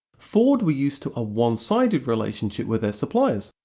ford were used to a one-sided relationship with suppliers.